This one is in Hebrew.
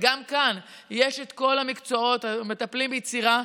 וגם כאן יש את כל המקצועות: המטפלים ביצירה,